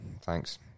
Thanks